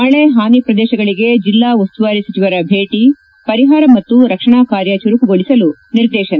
ಮಳೆ ಹಾನಿ ಪ್ರದೇಶಗಳಿಗೆ ಜಿಲ್ಲಾ ಉಸ್ತುವಾರಿ ಸಚಿವರ ಭೇಟ ಪರಿಹಾರ ಮತ್ತು ರಕ್ಷಣಾ ಕಾರ್ಯ ಚುರುಕುಗೊಳಿಸಲು ನಿರ್ದೇಶನ